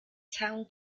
town